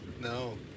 No